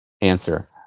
answer